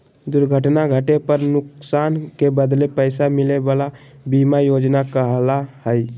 दुर्घटना घटे पर नुकसान के बदले पैसा मिले वला बीमा योजना कहला हइ